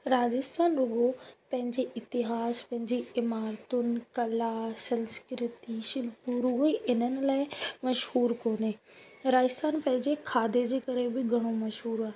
राजस्थान रुगो पंहिंजे इतिहास पंहिंजी इमारतुनि कला संस्कृति शिल्पुरू उहे हिननि लाइ मशहूरु कोन्हे राजस्थान पंहिंजे खादे जे करे बि घणो मशहूरु आहे